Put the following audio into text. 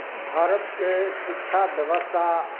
भारतके शिक्षा बेबस्था